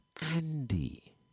Andy